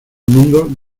mundo